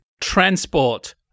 transport